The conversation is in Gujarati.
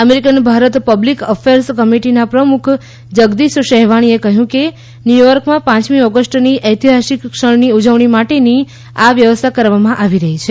અમેરિકન ભારત પબ્લિક અફેર્સ કમિટીના પ્રમુખ જગદીશ સેહવાણીએ કહ્યું કે ન્યુયોર્કમાં પાંચમી ઓગસ્ટની ઐતિહાસિક ક્ષણની ઉજવણી માટેની વ્યવસ્થા કરવામાં આવી રહી છે